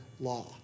law